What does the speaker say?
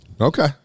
Okay